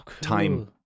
time